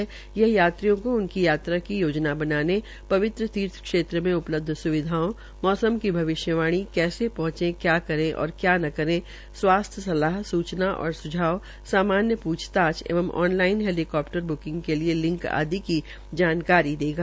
यह ऐप्लीकेशन यात्रियों को उनकी यात्रा की योजना बनाने पवित्र तीर्थ क्षेत्र में उपलब्ध सुविधाओं मौसम की भविष्यवाणी कैसे पहंचे क्या करें और क्या न करें स्वास्थ्य सलाह सूचना और स्झाव सामान्य पूछताछ एवं ऑन लाइन हैलीकप्टर ब्किंग के लिये लिंक आदि की जानकारी देगा